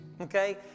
Okay